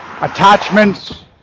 attachments